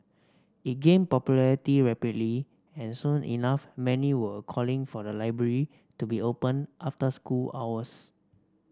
it gained popularity rapidly and soon enough many were calling for the library to be opened after school hours